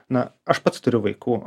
na aš pats turiu vaikų